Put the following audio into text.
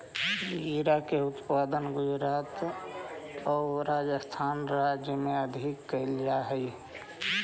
जीरा के उत्पादन गुजरात आउ राजस्थान राज्य में अधिक कैल जा हइ